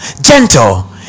gentle